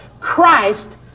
Christ